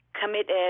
committed